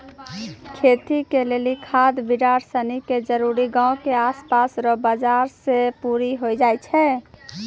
खेती के लेली खाद बिड़ार सनी के जरूरी गांव के आसपास रो बाजार से पूरी होइ जाय छै